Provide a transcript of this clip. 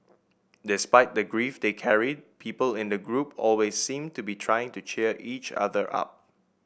despite the grief they carried people in the group always seemed to be trying to cheer each other up